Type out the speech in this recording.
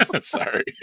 sorry